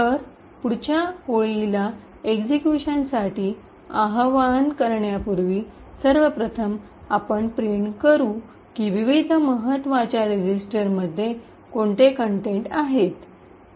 तर पुढच्या ओळीला एक्शिक्यूशनसाठी आवाहन करण्यापूर्वी सर्व प्रथम आपण प्रिंट करू की विविध महत्वाच्या रेजिस्टरमध्ये कोणते कंटेंट आहे